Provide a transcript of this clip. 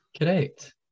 Correct